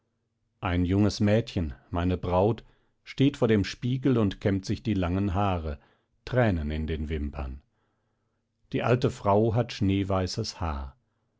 ein junges mädchen meine braut steht vor dem spiegel und kämmt sich die langen haare tränen in den wimpern die alte frau hat schneeweißes haar